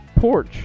porch